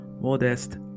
modest